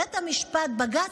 ובית המשפט, בג"ץ,